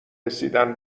رسیدن